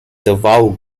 davao